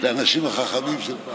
את מוכנה?